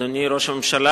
תודה רבה, אדוני ראש הממשלה,